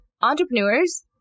Entrepreneurs